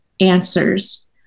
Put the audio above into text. answers